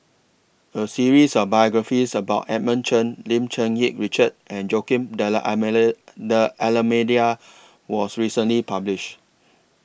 A series of biographies about Edmund Chen Lim Cherng Yih Richard and Joaquim D'almeida was recently published